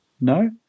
no